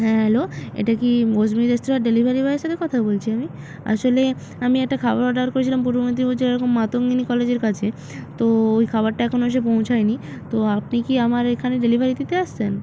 হ্যাঁ হ্যালো এটা কি অস্মি রেস্তোরাঁর ডেলিভারি বয়ের সাথে কথা বলছি আমি আসলে আমি একটা খাবার অর্ডার করেছিলাম পূর্ব মেদিনীপুর জেলার মাতঙ্গিনী কলেজের কাছে তো ওই খাবারটা এখনো এসে পৌঁছায়নি তো আপনি কি আমার এখানে ডেলিভারি দিতে আসছেন